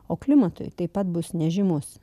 o klimatui taip pat bus nežymus